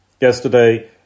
Yesterday